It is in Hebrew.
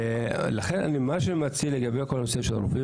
ולכן מה שאני מציע לגבי כל הנושא של הרופאים,